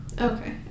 Okay